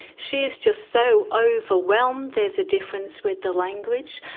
she is just so overwhelmed. there's a difference with the language.